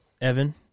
Evan